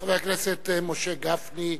חבר הכנסת משה גפני,